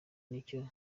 nicyo